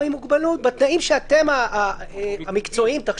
עם מוגבלות בתנאים המקצועיים שאתם תחשבו.